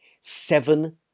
Seven